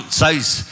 size